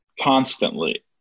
constantly